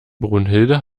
brunhilde